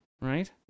Right